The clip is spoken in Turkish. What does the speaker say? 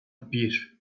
bir